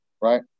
Right